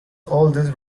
oldest